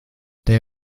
they